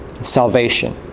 salvation